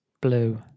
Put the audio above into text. blue